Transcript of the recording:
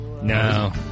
No